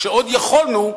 כשעוד יכולנו,